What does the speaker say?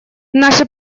наше